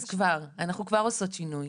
אז כבר, אנחנו כבר עושות שינוי.